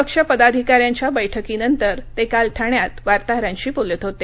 पक्ष पदाधिकाऱ्यांच्या बैठकीनंतर ते काल ठाण्यात वार्ताहरांशी बोलत होते